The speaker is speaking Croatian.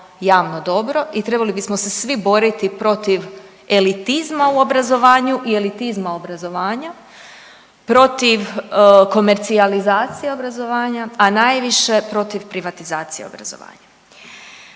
javno dobro i trebali bismo se svi boriti protiv elitizma u obrazovanju i elitizma obrazovanja, protiv komercijalizacije obrazovanja, a najviše protiv privatizacije obrazovanja.